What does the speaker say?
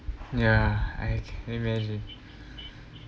ya I can imagine